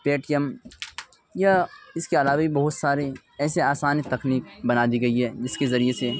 پے T M یا اس کے علاوہ بھی بہت سارے ایسے آسانی تکنیک بنا دی گئی ہے جس کے ذریعے سے